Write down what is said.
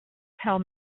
tell